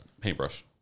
Paintbrush